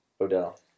Odell